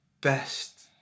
best